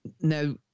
now